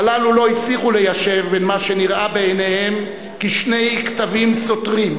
הללו לא הצליחו ליישב בין מה שנראה בעיניהם כשני קטבים סותרים,